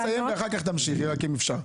אני אסיים ואחר כך תמשיכי, אם אפשר.